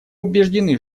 убеждены